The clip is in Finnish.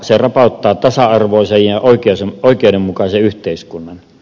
se rapauttaa tasa arvoisen ja oikeudenmukaisen yhteiskunnan